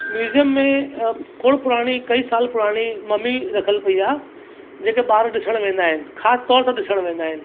museum में खोड़ पुराणी कई साल पुराणी मम्मी रखियल पई आहे जेके ॿार ॾिसणु वेंदा आहिनि ख़ासि तौर सां ॾिसणु वेंदा आहिनि